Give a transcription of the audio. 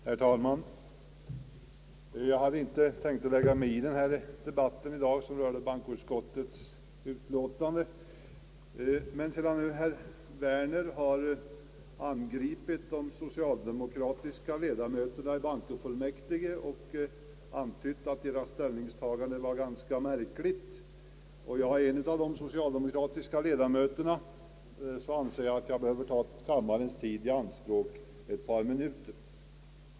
Herr talman! Jag hade inte tänkt lägga mig i dagens debatt angående bankoutskottets utlåtande, men sedan herr Werner har angripit de socialdemokratiska ledamöterna i bankofullmäktige och antytt att deras ställningstagande var ganska märkligt och då jag är en av dessa socialdemokratiska ledamöter, anser jag mig böra ta kammarens tid i anspråk ett par minuter.